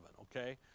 Okay